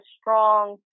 strong